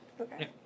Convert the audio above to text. Okay